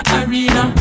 arena